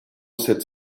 sept